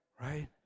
Right